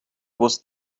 was